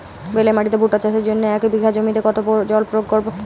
বেলে মাটিতে ভুট্টা চাষের জন্য এক বিঘা জমিতে কতো জল প্রয়োগ করব?